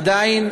עדיין,